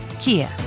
Kia